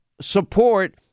support